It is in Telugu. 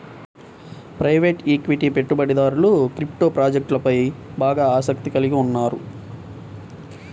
ప్రైవేట్ ఈక్విటీ పెట్టుబడిదారులు క్రిప్టో ప్రాజెక్ట్లపై బాగా ఆసక్తిని కలిగి ఉన్నారు